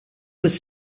was